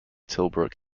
tilbrook